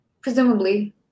Presumably